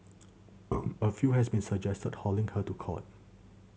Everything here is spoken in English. a few has even suggested hauling her to court